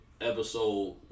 episode